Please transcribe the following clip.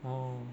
mm